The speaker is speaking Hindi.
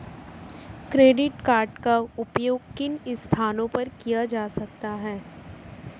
क्रेडिट कार्ड का उपयोग किन स्थानों पर किया जा सकता है?